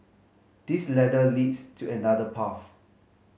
this ladder leads to another path